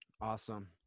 Awesome